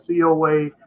COA